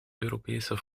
europese